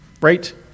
Right